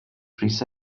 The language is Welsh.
pris